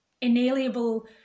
inalienable